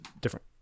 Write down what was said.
different